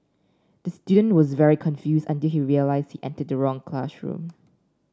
the student was very confused until he realised he entered the wrong classroom